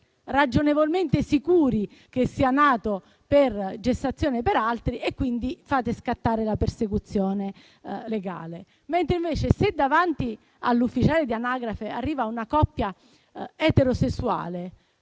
ragionevolmente sicuri che sia nato per gestazione per altri e, quindi, fate scattare la persecuzione legale. Invece, se davanti all'ufficiale di anagrafe arriva una coppia eterosessuale,